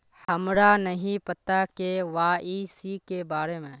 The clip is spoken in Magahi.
हमरा नहीं पता के.वाई.सी के बारे में?